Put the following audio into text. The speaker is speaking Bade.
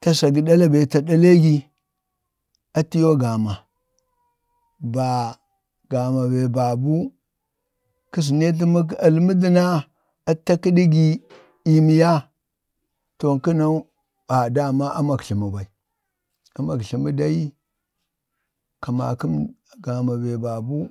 ta sagə ɗala bee ata ɗalee gi, ata yoo gama ba ba gama bee babuu kəza neetu ma almədəa atəta tadii gi əmnya, too aŋkənau a dama amak jlama ɓai, amak jlaba dai ka makə bee bee,